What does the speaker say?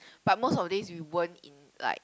but most of the days we weren't in like